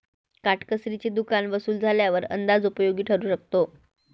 काटकसरीचे दुकान वसूल झाल्यावर अंदाज उपयोगी ठरू शकतो